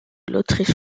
l’autriche